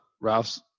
Ralph's